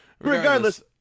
regardless